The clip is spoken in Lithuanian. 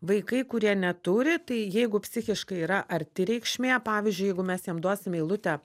vaikai kurie neturi tai jeigu psichiškai yra arti reikšmė pavyzdžiui jeigu mes jam duosim eilutę